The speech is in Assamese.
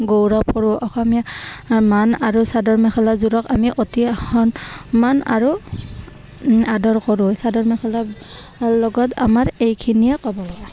গৌৰৱ কৰোঁ অসমীয়া মান আৰু চাদৰ মেখেলাযোৰক আমি অতি সন্মান আৰু আদৰ কৰোঁ চাদৰ মেখেলাৰ লগত আমাৰ এইখিনিয়ে ক'বলগা